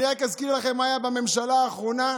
אני רק אזכיר לכם מה היה בממשלה האחרונה,